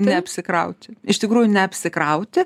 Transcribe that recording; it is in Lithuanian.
neapsikrauti iš tikrųjų neapsikrauti